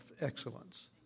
excellence